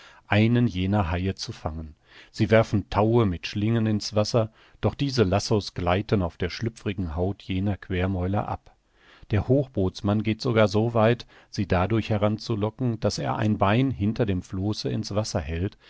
einen jener haie zu fangen sie werfen taue mit schlingen in's wasser doch diese lassos gleiten auf der schlüpfrigen haut jener quermäuler ab der hochbootsmann geht sogar so weit sie dadurch heranzulocken daß er ein bein hinter dem flosse in's wasser hält